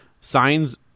signs –